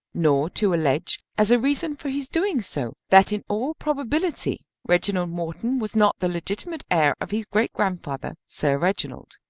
nor to allege as a reason for his doing so that in all probability reginald morton was not the legitimate heir of his great-grandfather, sir reginald.